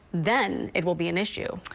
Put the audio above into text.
then it will be an issue.